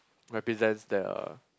represents their